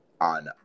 on